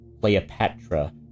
Cleopatra